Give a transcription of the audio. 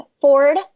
Ford